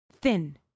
thin